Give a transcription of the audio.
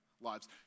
lives